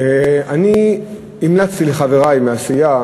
אני המלצתי לחברי מהסיעה